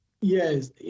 Yes